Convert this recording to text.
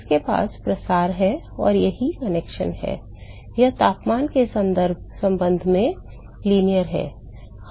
आपके पास प्रसार है और सही कनेक्शन है यह तापमान के संबंध में रैखिक है